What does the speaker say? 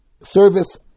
service